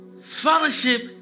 Fellowship